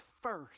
first